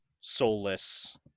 soulless